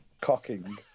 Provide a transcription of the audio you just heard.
Cocking